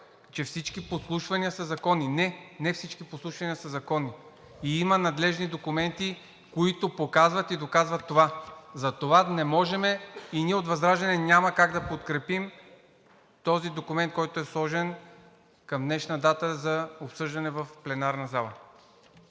че всички подслушвания са законни. Не, не всички подслушвания са законни. Има надлежни документи, които показват и доказват това. Затова не можем и ние от ВЪЗРАЖДАНЕ няма как да подкрепим този документ, който е сложен към днешна дата за обсъждане в пленарната зала.